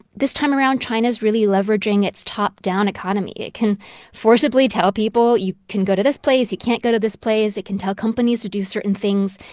this time around, china's really leveraging its top-down economy. it can forcibly tell people, you can go to this place. you can't go to this place. it can tell companies to do certain things.